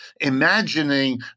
imagining